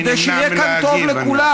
כדי שיהיה כאן טוב לכולם.